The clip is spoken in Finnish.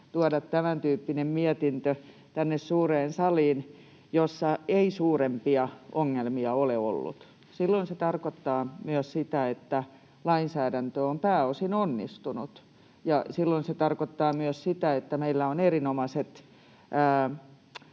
saliin tämäntyyppinen mietintö, jossa ei suurempia ongelmia ole ollut. Silloin se tarkoittaa myös sitä, että lainsäädäntö on pääosin onnistunut, ja silloin se tarkoittaa myös sitä, että meillä on erinomaiset